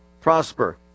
prosper